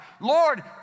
Lord